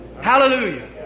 Hallelujah